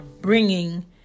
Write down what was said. bringing